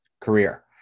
career